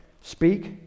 speak